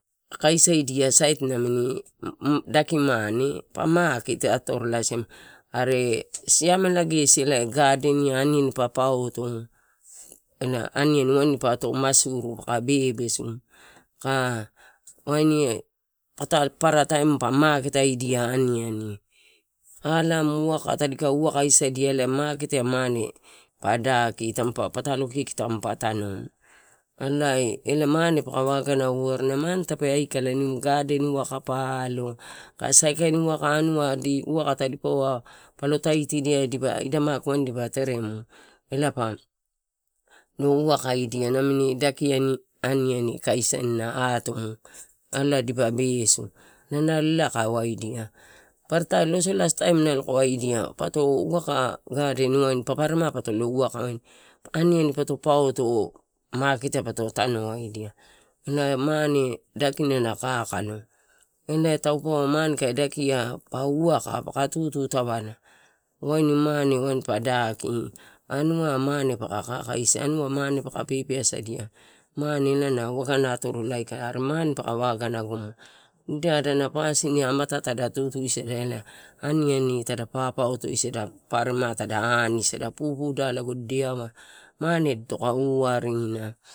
Kaisaidia sait namini daki mane paa makete atorola are siame gesi elai gardenia aniani pa-pauto, ela aniani waini pato masuru paka bebesu aka waini patalo paparataim pa maketaidia aniani. Alamu waka tadika uwakasadia ela maket mane pa daki ela patalo kiki tamp tanu. Elai mane paka waga warina. Mane tape aikala nimu gaden uwaka tadipaua palo tatidia dipa ida maki waini dipa teremu. Ela pa lo wakaidia namini dakiani aniani kaisanna atumuu ela dipa besu. Inau nalo ela kae waidia paparataim, losolataim nalo kai waidia patowaka gaden waini paparanemai oto lo waka waini aniani poto pauto, maket poto tanuadia. Ena mane dakina na kakaio ena eh mane taupe pa uwaka! Paka tututavala, waini anuai mane paka kakaisia, anua mane paka pepeasamane paka waga gonoa. Nida adana pasin amatai tada tutusada elae aniania tada papautosada, paparemai da ani sada pupuda dedeau mane ditoko warina.